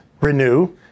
renew